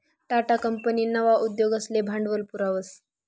Tata company नवा उद्योगसले भांडवल पुरावस